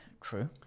true